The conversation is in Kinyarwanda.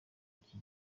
iki